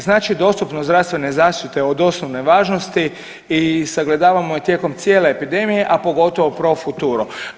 Znači dostupnost zdravstvene zaštite je od osnovne važnosti i sagledavamo i tijekom cijele epidemije, a pogotovo profuturo.